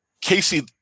Casey